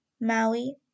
Maui